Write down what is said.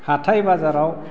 हाथाइ बाजाराव